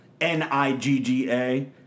N-I-G-G-A